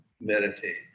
meditate